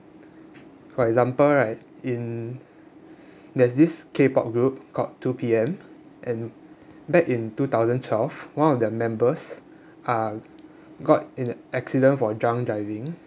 for example right in there's this K pop group called two P M and back in two thousand twelve one of their members uh got in accident for drunk driving